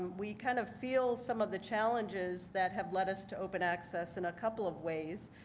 we kind of feel some of the challenges that have led us to open access in a couple of ways.